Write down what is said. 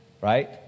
right